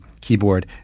keyboard